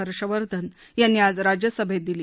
हर्ष वर्धन यांनी आज राज्यसभेत दिली